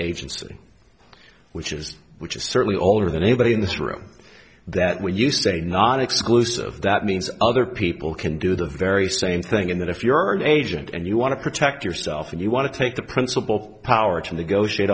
agency which is which is certainly older than anybody in this room that we use a non exclusive that means other people can do the very same thing in that if you are an agent and you want to protect yourself and you want to take the principal power to negotiate